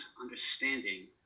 understanding